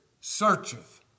searcheth